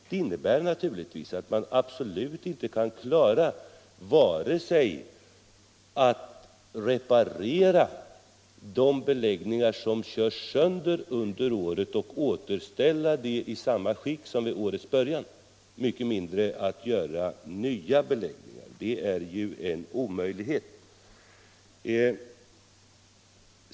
Det innebär att man absolut inte kan klara att reparera de beläggningar som körs sönder under året och återställa dem i samma skick som vid årets början, mycket mindre göra nya beläggningar. Det är ju en omöjlighet.